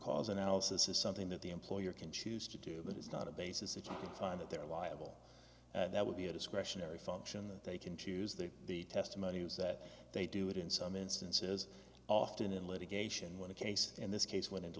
cause analysis is something that the employer can choose to do but it's not a basis it's really time that they're liable that would be a discretionary function that they can choose there the testimony was that they do it in some instances often in litigation when a case in this case went into